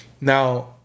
now